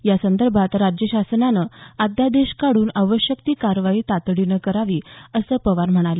यासंदर्भात राज्य सरकारनं अध्यादेश काढून आवश्यक ती कार्यवाही तातडीनं करावी असं पवार म्हणाले